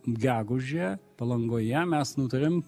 gegužę palangoje mes nutarėm